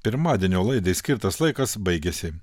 pirmadienio laidai skirtas laikas baigėsi